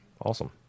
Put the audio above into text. Awesome